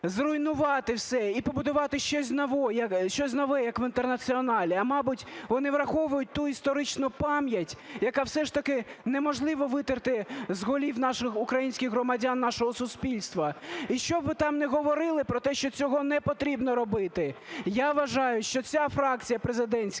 зруйнувати все і побудувати щось нове, як в "Інтернаціоналі", а, мабуть, вони враховують ту історичну пам'ять, яку все ж таки неможливо витерти з голів наших українських громадян нашого суспільства. І що б ви там не говорили про те, що цього не потрібно робити, я вважаю, що ця фракція, президентська,